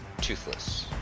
Toothless